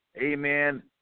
amen